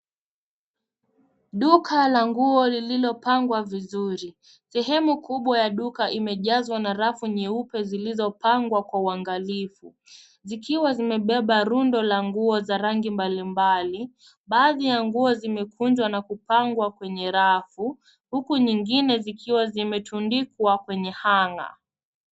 Duka la nguo lililopangwa vizuri. Sehemu kubwa ya duka imejazwa na rafu nyeupe zilizopangwa kwa uangalifu, zikiwa zimebeba rundo la nguo za rangi mbalimbali. Baadhi ya nguo zimekunjwa na kupangwa kwenye rafu, huku nyingine zikiwa zimetundikwa kwenye hanger .